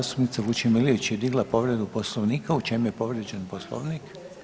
Zastupnica Vučemilović je digla povredu Poslovnika, u čem je povrijeđen Poslovnik?